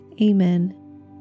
Amen